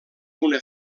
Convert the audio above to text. una